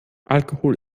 alkohol